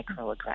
microaggressions